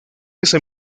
ese